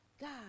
God